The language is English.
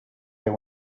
they